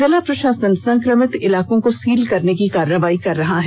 जिला प्रषासन संक्रमित इलाकों को सील करने की कार्रवाई कर रहा है